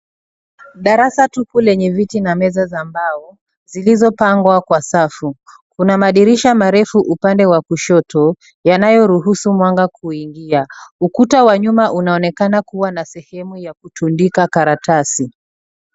Darasa tupu lenye viti na meza za mbao zilizopangwa kwa safu. Kuna madirisha marefu upande wa kushoto yanayoruhusu mwanga kuingia. Ukuta wa nyuma unaonekana kuwa na sehemu yakutundika karatasi.